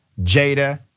Jada